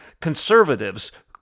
conservatives